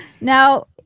Now